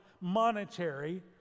monetary